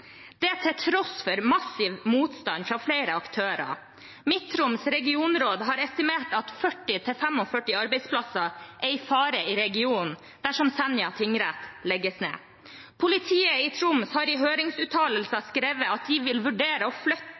det til tross for massiv motstand fra flere aktører. Midt-Troms regionråd har estimert at 40–45 arbeidsplasser er i fare i regionen dersom Senja tingrett legges ned. Politiet i Troms har i høringsuttalelse skrevet at de vil vurdere å flytte